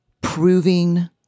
proving